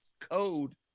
code